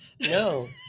no